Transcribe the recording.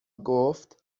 گفت